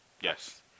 Yes